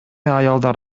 аялдар